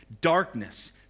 darkness